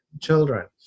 children